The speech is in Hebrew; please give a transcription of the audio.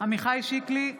עמיחי שיקלי,